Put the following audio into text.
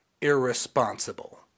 irresponsible